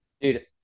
Dude